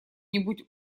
нибудь